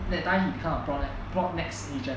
then that time he become a propnex propnex agent